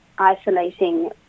isolating